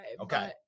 Okay